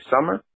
summer